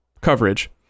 coverage